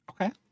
Okay